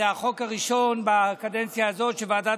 זה החוק הראשון בקדנציה הזאת שוועדת